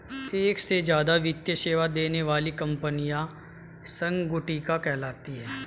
एक से ज्यादा वित्तीय सेवा देने वाली कंपनियां संगुटिका कहलाती हैं